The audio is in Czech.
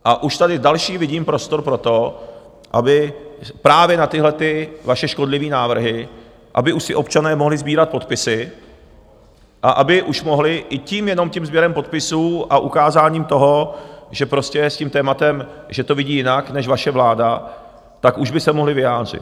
A už tady vidím další prostor pro to, aby právě na tyhle vaše škodlivé návrhy už si občané mohli sbírat podpisy a aby už mohli i tím, jenom tím sběrem podpisů a ukázáním toho, že prostě s tím tématem, že to vidí jinak než vaše vláda, tak už by se mohli vyjádřit.